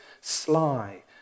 sly